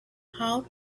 how